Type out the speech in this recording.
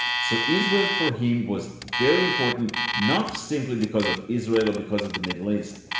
so israel for him was very important, not simply because of israel, or because of the middle east,